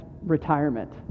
retirement